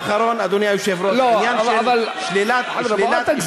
עניין אחרון, אדוני היושב-ראש, לא, אל תגזים.